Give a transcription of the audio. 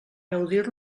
gaudir